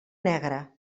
negre